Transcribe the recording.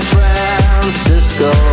Francisco